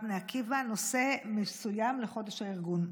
בני עקיבא נושא מסוים לחודש הארגון.